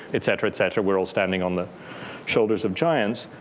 et cetera, et cetera. we're all standing on the shoulders of giants.